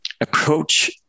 approach